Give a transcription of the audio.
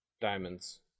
Diamonds